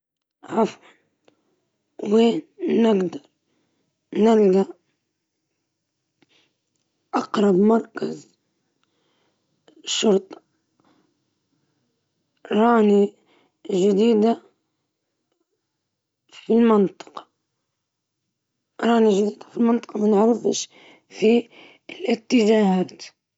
لو سمحت، تقدر تدلني وين أقرب مركز شرطة من هنا؟ ما نعرف المنطقة كويس، فلو في طريقة واضحة للمشي أو بالسيارة ياريت.